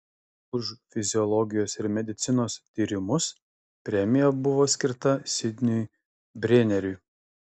už fiziologijos ir medicinos tyrimus premija buvo skirta sidniui brėneriui